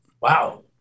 wow